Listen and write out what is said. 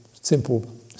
simple